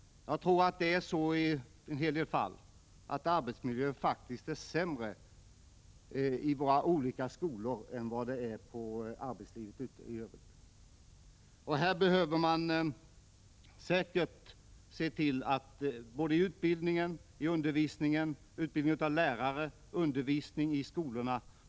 Det är nog så i en hel del fall att arbetsmiljön faktiskt är sämre i våra olika skolor än ute på arbetsplatserna i övrigt. Man behöver säkert se till att arbetsmiljöfrågorna förs fram på ett bättre sätt både i utbildningen av lärarna och i undervisningen i skolorna.